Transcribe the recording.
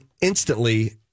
instantly